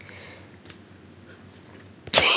वनस्पतींचे पोषण करण्यासाठी कोणते घटक आवश्यक आहेत?